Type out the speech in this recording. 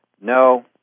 No